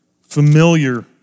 familiar